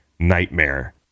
nightmare